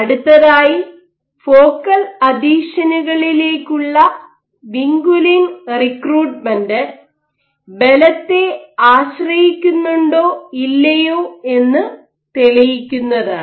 അടുത്തതായി ഫോക്കൽ അഥീഷനുകളിലേക്കുള്ള vinculin recruitment ബലത്തെ ആശ്രയിച്ചിരിക്കുന്നുണ്ടോ ഇല്ലയോ എന്ന് തെളിയിക്കുന്നതാണ്